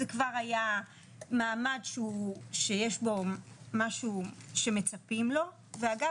זה כבר היה מעמד שהוא שיש בו משהו שמצפים לו ואגב